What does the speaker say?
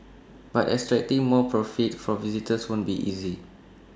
but extracting more profit from visitors won't be easy